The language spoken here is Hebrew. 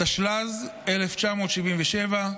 התשל"ז 1977,